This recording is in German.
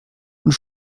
und